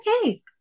Okay